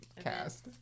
cast